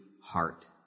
heart